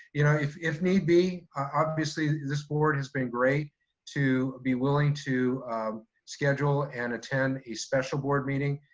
you know, if if need be, obviously this board has been great to be willing to schedule and attend a special board meeting,